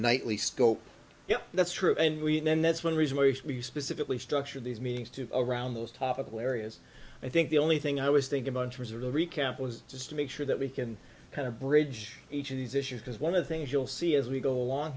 nightly scope yeah that's true and we then that's one reason we specifically structured these meetings to around those topical areas i think the only thing i was think about reserve the recap was just to make sure that we can kind of bridge each of these issues because one of the things you'll see as we go